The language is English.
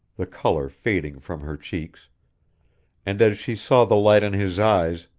the color fading from her cheeks and as she saw the light in his eyes,